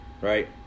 Right